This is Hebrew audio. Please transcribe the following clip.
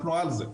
אנחנו על זה.